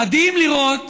מדהים לראות